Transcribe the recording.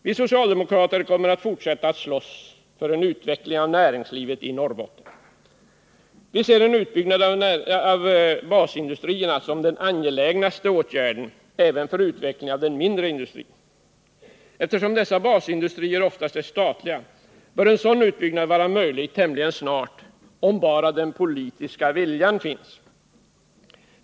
Vi socialdemokrater kommer att fortsätta att slåss för en utveckling av näringslivet i Norrbotten. Vi ser en utbyggnad av basindustrierna som den mest angelägna åtgärden. Även för utvecklingen av den mindre industrin utgör basindustriernas utbyggnad en förutsättning. Eftersom dessa industrier oftast är statliga bör en sådan utbyggnad vara möjlig tämligen snart, om bara den politiska viljan finns.